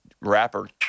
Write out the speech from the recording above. rapper